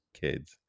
kids